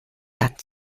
land